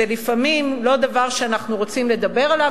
זה לפעמים לא דבר שאנחנו רוצים לדבר עליו,